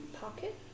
pocket